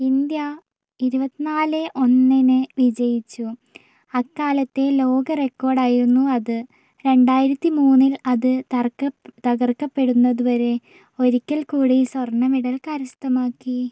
India ഇരുപത്തി നാല് ഒന്നിന് വിജയിച്ചു അക്കാലത്തെ ലോക റെക്കോർഡായിരുന്നു അത് രണ്ടായിരത്തി മൂന്നിൽ അത് തർക്ക തകർക്കപ്പെടുന്നതുവരെ ഒരിക്കൽ കൂടി സ്വർണ്ണ മെഡൽ കരസ്ഥമാക്കി